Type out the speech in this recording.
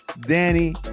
Danny